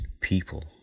people